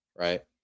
right